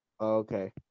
Okay